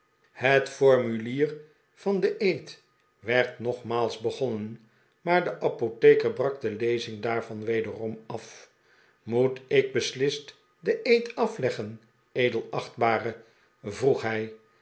met formulier van den eed werd nogmaals begonnen maar de apotheker brak de lezing daarvan wederom af moet ik beslist den eed afleggen edelachtbare vroeg hij